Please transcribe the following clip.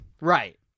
Right